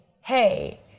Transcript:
hey